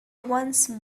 once